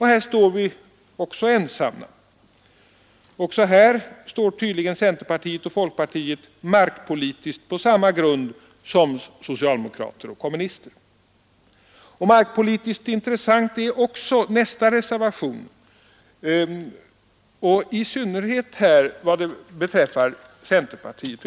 Här är vi också ensamma. Även här står centerpartiet och folkpartiet markpolitiskt på samma grund som socialdemokrater och kommunister. Markpolitiskt intressant är också reservationen 7, i synnerhet i vad beträffar centerpartiet.